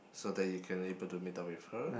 so that you can able to meet up with her